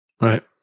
Right